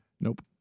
Nope